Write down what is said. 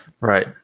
Right